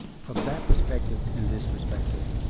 from that perspective and this perspective,